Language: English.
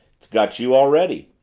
it's got you already.